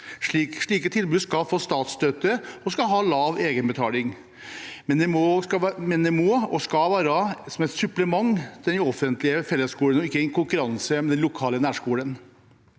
Slike tilbud skal få statsstøtte og ha lav egenbetaling, men det må og skal være som et supplement til den offentlige fellesskolen og ikke i konkurranse med den lokale nærskolen.